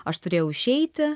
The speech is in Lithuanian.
aš turėjau išeiti